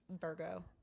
Virgo